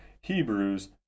Hebrews